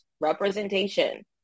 representation